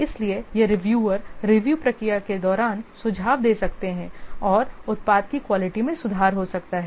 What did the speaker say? इसलिए ये reviewer review प्रक्रिया के दौरान सुझाव दे सकते हैं और उत्पाद की क्वालिटी में सुधार हो सकता है